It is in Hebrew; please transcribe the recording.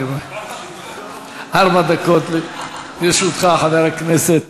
ארבע דקות לרשותך, חבר הכנסת